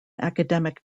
academic